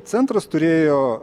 centras turėjo